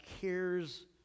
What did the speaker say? cares